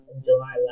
July